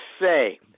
say